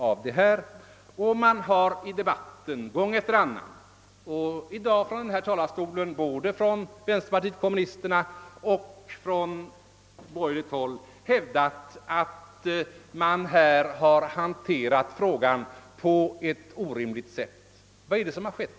Gång på gång har man i debatten, och även från denna talarstol i dag, från såväl vänsterpartiet kommunisterna som från borgerligt håll hävdat att frågan har handlagts på ett orimligt sätt. Men vad är det som skett?